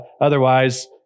Otherwise